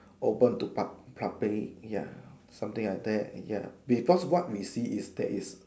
open to pub~ public ya something like that ya because what we see is there is